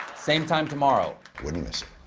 same time tomorrow. wouldn't miss it.